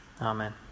Amen